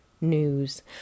News